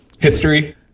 History